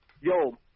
Yo